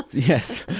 yes,